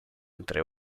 entre